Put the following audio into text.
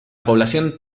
población